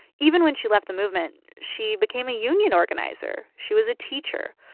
even when she left the movement, she became a union organizer. she was a teacher.